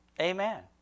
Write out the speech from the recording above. Amen